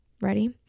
Ready